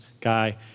guy